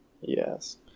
Yes